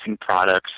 products